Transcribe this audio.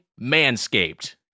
Manscaped